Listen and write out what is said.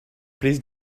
please